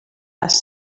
les